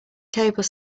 table